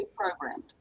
programmed